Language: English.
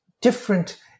different